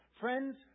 friends